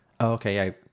okay